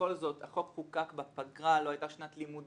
בכל זאת, החוק חוקק בפגרה, לא הייתה שנת לימודים.